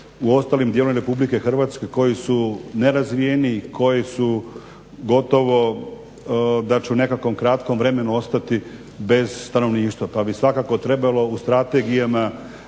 u ostalim dijelovima Republike Hrvatske koji su nerazvijeni, koji su gotovo da će u nekakvom kratkom vremenu ostati bez stanovništva. Pa bi svakako trebalo u strategijama